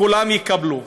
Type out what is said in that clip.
שכולם יקבלו.